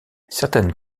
certaines